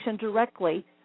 directly